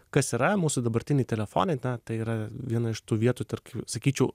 kas yra mūsų dabartiniai telefonai na tai yra viena iš tų vietų sakyčiau